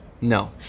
No